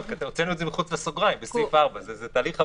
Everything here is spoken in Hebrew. הוצאנו שם 50 שקל